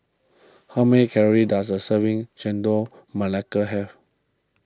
how many calories does a serving Chendol Melaka have